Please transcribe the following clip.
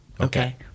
Okay